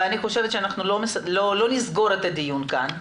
לא נסגור את הדיון כאן.